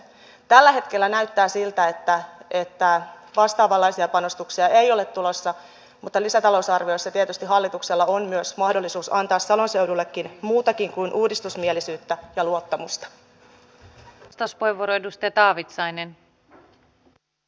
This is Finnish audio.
tällä hetkellä näyttää siltä että vastaavanlaisia panostuksia ei ole tulossa mutta lisätalousarviossa tietysti hallituksella on myös mahdollisuus antaa salon seudullekin muutakin kuin uudistusmielisyyttä ja luottamusta